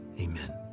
Amen